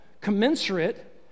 commensurate